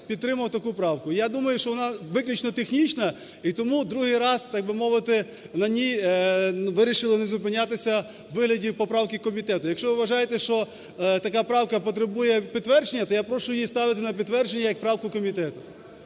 підтримав таку правку. Я думаю, що вона виключно технічна і тому другий раз, так би мовити, на ній вирішили не зупинятися, у вигляді поправки комітету. Якщо ви вважаєте, що така правка потребує підтвердження, то я прошу її ставити на підтвердження як правку комітету.